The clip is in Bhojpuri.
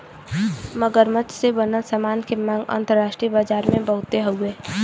मगरमच्छ से बनल सामान के मांग अंतरराष्ट्रीय बाजार में बहुते हउवे